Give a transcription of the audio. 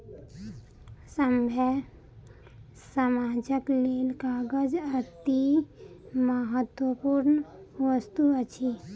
सभ्य समाजक लेल कागज अतिमहत्वपूर्ण वस्तु अछि